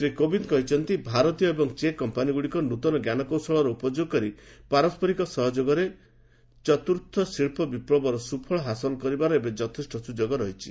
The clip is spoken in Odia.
ଶ୍ରୀ କୋବିନ୍ଦ୍ କହିଛନ୍ତି ଭାରତୀୟ ଏବଂ ଚେକ୍ କମ୍ପାନୀଗୁଡ଼ିକ ନୃତନ ଜ୍ଞାନକୌଶଳର ଉପଯୋଗ କରି ପାରସ୍କରିକ ସହଯୋଗରେ ଚତୁର୍ତ ଶିଳ୍ପ ବିପୁବର ସୁଫଳ ହାସଲ କରିବାର ଏବେ ଯଥେଷ୍ଟ ସ୍ରଯୋଗ ରହିଛି